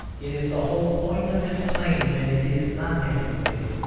it is the whole point of its claim that it is not antiquated,